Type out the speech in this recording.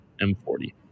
M40